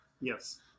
Yes